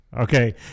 Okay